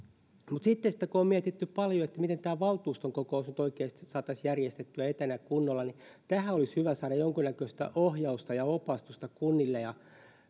mutta sitten sitten kun on mietitty paljon miten tämä valtuuston kokous nyt oikeasti saataisiin järjestettyä etänä kunnolla niin tähän olisi hyvä saada jonkunnäköistä ohjausta ja opastusta kunnille ja